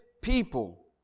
People